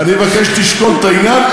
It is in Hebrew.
אני מבקש שתשקול את העניין.